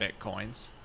bitcoins